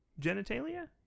genitalia